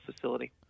facility